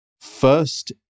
First